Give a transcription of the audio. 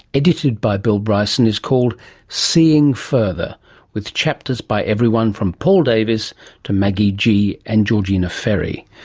edited by bill bryson, is called seeing further with chapters by everyone from paul davies to maggie gee and georgina ferry.